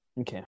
Okay